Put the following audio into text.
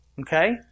Okay